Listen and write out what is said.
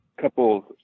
Couple